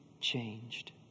changed